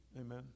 Amen